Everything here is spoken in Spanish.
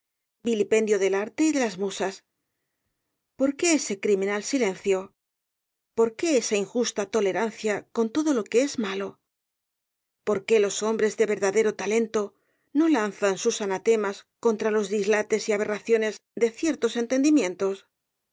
r t e y de las musas por qué ese criminal silencio por qué esa injusta tolerancia con todo lo que es malo por qué los hombres de verdadero talento no lanzan sus anatemas contra los dislates y aberraciones de ciertos entendimientos pero